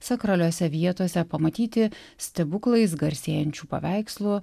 sakraliose vietose pamatyti stebuklais garsėjančių paveikslų